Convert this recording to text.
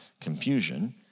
confusion